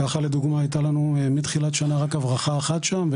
ככה לדוגמא הייתה לנו מתחילת שנה רק הברחה אחת שם.